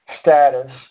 status